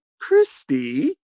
Christy